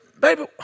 baby